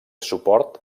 suport